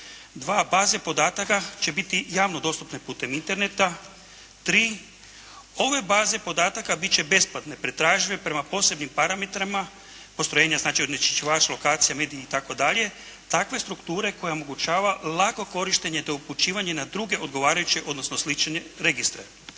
baze podataka će biti javno dostupne putem Interneta. Tri, ove baze podataka bit će besplatne, pretražive prema posebnim parametrima. Postrojenja znači onečišćivač, lokacija, … /Govornik se ne razumije./ … i tako dalje, takve strukture koja omogućava lako korištenje te upućivanje na druge odgovarajuće odnosno slične registre.